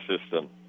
system